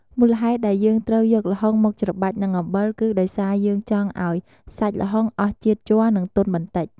មូលហេតុដែលយើងត្រូវយកល្ហុងមកច្របាច់នឹងអំបិល គឺដោយសារយើងចង់ឱ្យសាច់ល្ហុងអស់ជាតិជ័រ និងទន់បន្តិច។